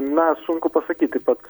na sunku pasakyt taip pat